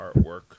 artwork